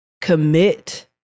commit